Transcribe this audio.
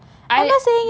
I